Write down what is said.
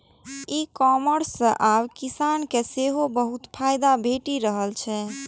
ई commerce सं आब किसान के सेहो बहुत फायदा भेटि रहल छै